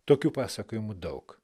tokių pasakojimų daug